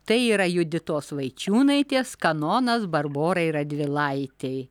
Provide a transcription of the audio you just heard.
tai yra juditos vaičiūnaitės kanonas barborai radvilaitei